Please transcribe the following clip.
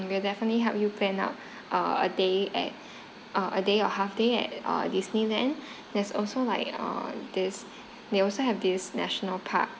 we'll definitely help you plan out uh a day at a day or half day at uh disneyland there's also like uh this they also have this national park